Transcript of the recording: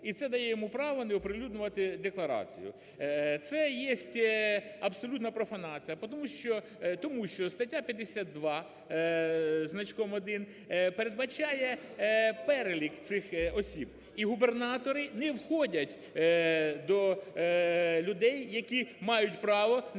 і це дає йому право не оприлюднювати декларацію. Це є абсолютна профанація, тому що стаття 52 із значком 1 передбачає перелік цих осіб, і губернатори не входять до людей, які мають право не подавати